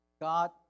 God